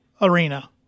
Arena